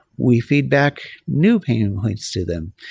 we feedback new pain points to them.